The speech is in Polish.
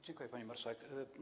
Dziękuję, pani marszałek.